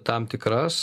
tam tikras